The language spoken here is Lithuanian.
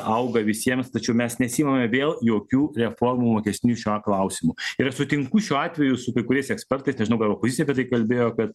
auga visiems tačiau mes nesiimame vėl jokių reformų mokestinių šiuo klausimu ir aš sutinku šiuo atveju su kai kuriais ekspertais nežinau gal opozicija apie tai kalbėjo kad